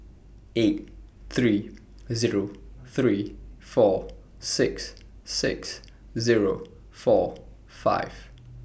eight three Zero three four six six Zero four five